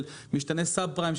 של משתנה סאב פריים,